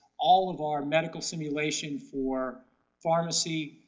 all of our medical simulation for pharmacy,